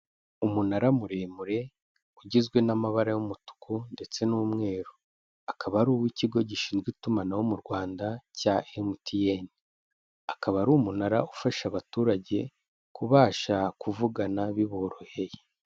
Umunara muremure ugizwe n'amabara y'umutuku ndetse n'umweru, akaba ari uw'ikigo gishinzwe itumanaho mu Rwanda cya MTN, akaba ari umunara ufasha abaturage kubasha kuvugana biboroheye.